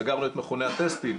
סגרנו את מכוני הטסטים,